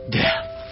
death